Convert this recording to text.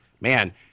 man